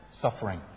suffering